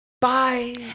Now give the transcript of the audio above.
Bye